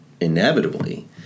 inevitably